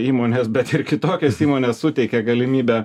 įmonės bet ir kitokios įmonės suteikia galimybę